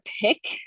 pick